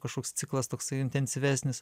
kažkoks ciklas toksai intensyvesnis